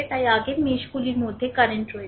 তাই আগের মেসশগুলির মধ্যে কারেন্ট রয়েছে